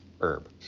herb